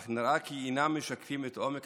אך נראה כי הם אינם משקפים את עומק